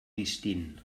distint